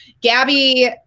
Gabby